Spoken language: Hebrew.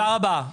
תודה רבה.